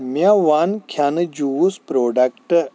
مےٚ ون کھٮ۪نہٕ جوٗس پروڈک